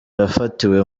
yafatiwe